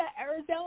Arizona